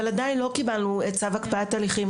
אבל עדיין לא קיבלנו את צו הקפאת הליכים,